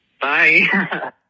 Bye